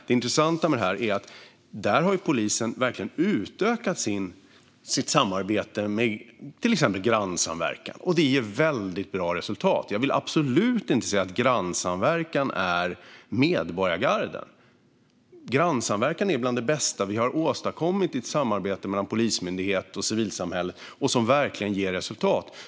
Det intressanta med det här är att polisen verkligen har utökat sitt samarbete med till exempel grannsamverkan, något som ger väldigt bra resultat. Jag vill absolut inte säga att grannsamverkan är medborgargarden. Grannsamverkan är bland det bästa vi har åstadkommit i ett samarbete mellan Polismyndigheten och civilsamhället, och det ger verkligen resultat.